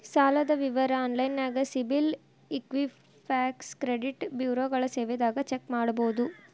ಸಾಲದ್ ವಿವರ ಆನ್ಲೈನ್ಯಾಗ ಸಿಬಿಲ್ ಇಕ್ವಿಫ್ಯಾಕ್ಸ್ ಕ್ರೆಡಿಟ್ ಬ್ಯುರೋಗಳ ಸೇವೆದಾಗ ಚೆಕ್ ಮಾಡಬೋದು